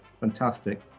fantastic